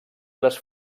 les